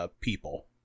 people